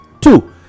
Two